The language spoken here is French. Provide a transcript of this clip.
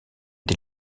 des